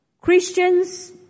Christians